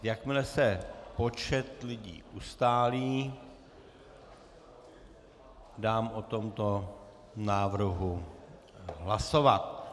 Jakmile se počet lidí ustálí, dám o tomto návrhu hlasovat.